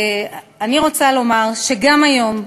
אני רוצה לומר שגם היום,